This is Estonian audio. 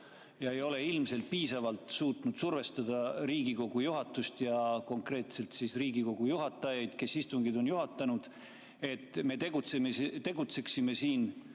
ja ei ole ilmselt piisavalt suutnud survestada Riigikogu juhatust ja Riigikogu juhatajaid, kes istungeid on juhatanud, et me tegutseksime